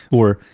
or,